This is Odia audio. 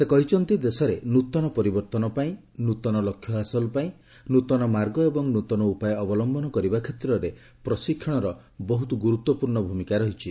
ସେ କହିଛନ୍ତି ଦେଶରେ ନୂତନ ପରିବର୍ତ୍ତନ ପାଇଁ ନୂତନ ଲକ୍ଷ୍ୟ ହାସଲ ପାଇଁ ନୃତନ ମାର୍ଗ ଏବଂ ନୃତନ ଉପାୟ ଅବଲମ୍ଭନ କରିବା କ୍ଷେତ୍ରରେ ପ୍ରଶିକ୍ଷଣର ବହୁତ ଗୁରୁତ୍ୱପୂର୍ଣ୍ଣ ଭୂମିକା ରହିଛି